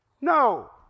No